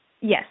Yes